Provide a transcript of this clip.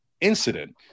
incident